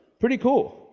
pretty cool,